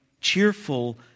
cheerful